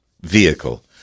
vehicle